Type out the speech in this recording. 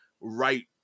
right